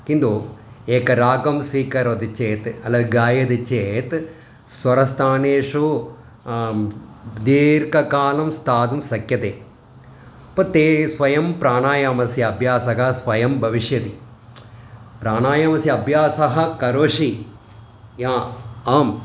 किन्तु एकं रागं स्वीकरोति चेत् अल गायति चेत् स्वरस्थानेषु दीर्घकालं स्थातुं शक्यते पत्ये स्वयं प्राणायामस्य अभ्यासः स्वयं भविष्यति प्राणायामस्य अभ्यासं करोषि या आम्